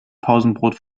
pausenbrot